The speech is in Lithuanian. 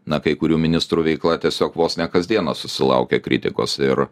na kai kurių ministrų veikla tiesiog vos ne kasdieną susilaukia kritikos ir